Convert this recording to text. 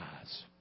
eyes